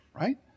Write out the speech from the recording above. right